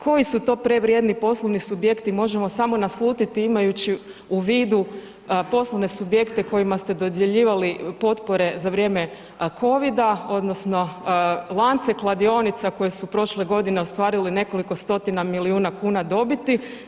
Koji su to prevrijedni poslovni subjekti možemo samo naslutiti imajući u vidu poslovne subjekte kojima ste dodjeljivali potpore covida odnosno lance kladionica koji su prošle godina ostvarili nekoliko stotina milijuna kuna dobiti.